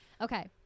Okay